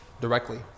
directly